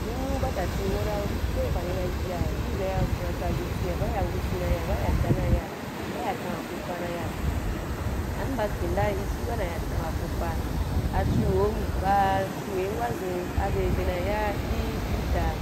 Nyunu ba tati hora ko wa nde pa’ani na ya i bea ku na tsa butia ba ya buti na ya ba ya da na ya ba wa ya tan wa fuufa na ya am ba kinda i chí ba wa na ya tam wa fuufa achu hom ba chunum wa zuu abye be na ya i i da